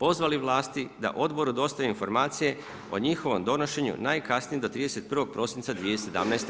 pozvali vlasti da odboru dostavi informacije o njihovom donošenju najkasnije do 31. prosinca 2017.